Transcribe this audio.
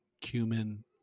cumin